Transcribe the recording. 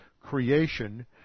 creation